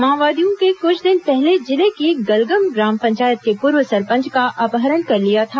माओवादियों के कुछ दिन पहले जिले की गलगम ग्राम पंचायत के पूर्व सरपंच का अपहरण कर लिया था